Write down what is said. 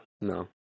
No